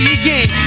again